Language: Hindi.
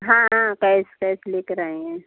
हाँ हाँ कैस कैस ले कर आएंगे